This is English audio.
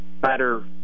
better